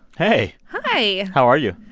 hey hi how are you?